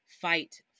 fight